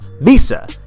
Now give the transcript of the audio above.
Visa